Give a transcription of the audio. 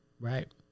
Right